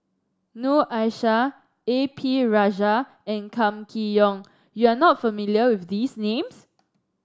Noor Aishah A P Rajah and Kam Kee Yong You are not familiar with these names